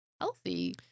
healthy